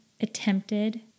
attempted